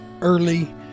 early